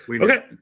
Okay